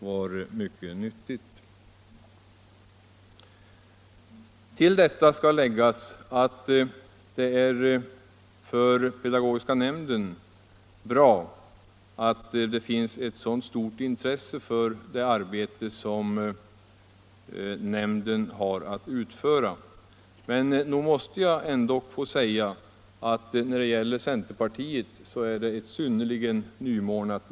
Jag vill tillägga att det är bra att det visas ett så stort intresse för pedagogiska nämndens arbete. Men jag måste ändå säga att detta intresse vad gäller centerpartiet är synnerligen nymornat.